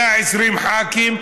120 ח"כים,